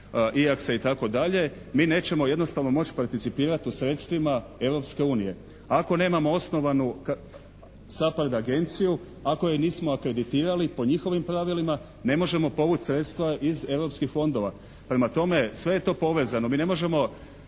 itd. mi nećemo jednostavno moći participirati u sredstvima Europske unije. Ako nemamo osnovanu SAPARD agenciju, ako je nismo akreditirali po njihovim pravilima ne možemo povući sredstva iz europskih fondova. Prema tome, sve je to povezano. Mi ne možemo